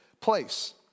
place